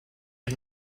had